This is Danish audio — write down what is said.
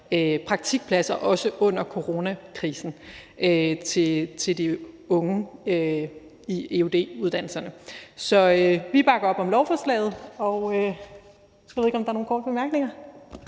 praktikpladser, også under coronakrisen, til de unge i eud-uddannelserne. Så vi bakker op om lovforslaget. Og så ved jeg ikke, om der er nogen korte bemærkninger.